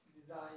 design